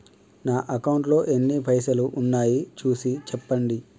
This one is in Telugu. నా అకౌంట్లో ఎన్ని పైసలు ఉన్నాయి చూసి చెప్పండి?